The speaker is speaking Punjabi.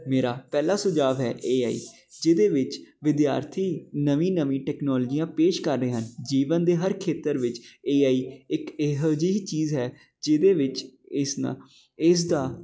ਮੇਰਾ ਪਹਿਲਾ ਸੁਝਾਅ ਹੈ ਏ ਆਈ ਜਿਹਦੇ ਵਿੱਚ ਵਿਦਿਆਰਥੀ ਨਵੀਂ ਨਵੀਂ ਟੈਕਨੋਲਜੀਆਂ ਪੇਸ਼ ਕਰ ਰਹੇ ਹਨ ਜੀਵਨ ਦੇ ਹਰ ਖੇਤਰ ਵਿੱਚ ਏ ਆਈ ਇੱਕ ਇਹ ਜਿਹੀ ਚੀਜ਼ ਹੈ ਜਿਹਦੇ ਵਿੱਚ ਇਸ ਨਾਲ ਇਸ ਦਾ